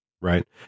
right